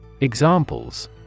Examples